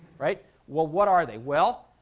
right? well, what are they? well,